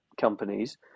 Companies